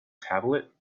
tablet